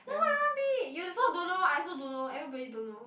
then what you want be you also don't know I also don't know everybody don't know